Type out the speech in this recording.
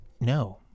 no